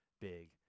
big